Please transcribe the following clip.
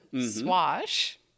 Swash